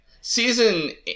Season